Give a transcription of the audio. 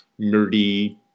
nerdy